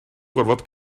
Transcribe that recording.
gorfod